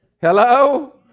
Hello